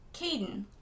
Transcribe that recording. Caden